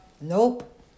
nope